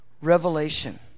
revelation